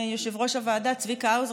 יושב-ראש הוועדה צביקה האוזר,